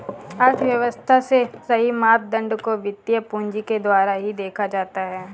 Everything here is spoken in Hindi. अर्थव्यव्स्था के सही मापदंड को वित्तीय पूंजी के द्वारा ही देखा जाता है